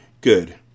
Good